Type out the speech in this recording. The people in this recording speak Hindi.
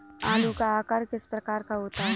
आलू का आकार किस प्रकार का होता है?